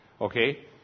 Okay